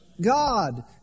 God